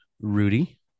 Rudy